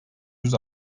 yüz